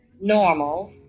normal